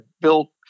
built